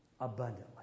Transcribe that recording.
abundantly